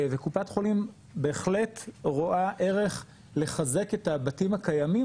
וקופת חולים בהחלט רואה ערך לחזק את הבתים הקיימים